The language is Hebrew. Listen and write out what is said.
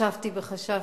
חשבתי וחשבתי,